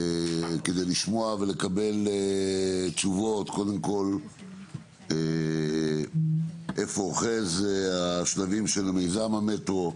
כדי לשמוע ולקבל תשובות קודם כל איפה אוחז השלבים של מיזם המטרו